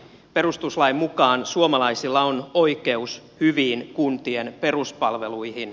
perustuslain mukaan suomalaisilla on oikeus hyviin kuntien peruspalveluihin